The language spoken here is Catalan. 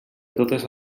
totes